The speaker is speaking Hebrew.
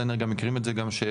יש את EDF ; יש פה כל מיני אנרגיות